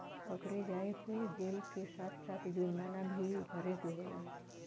पकड़े जाये पे जेल के साथ साथ जुरमाना भी भरे के होला